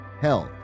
health